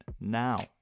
now